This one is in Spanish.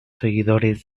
seguidores